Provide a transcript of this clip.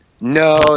No